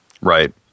Right